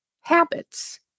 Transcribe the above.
Habits